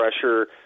pressure